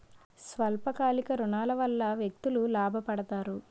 స్వల్ప కాలిక ఋణాల వల్ల వ్యక్తులు లాభ పడతారు